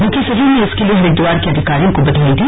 मुख्य सचिव ने इसके लिए हरिद्वार के अधिकारियों को बधाई दी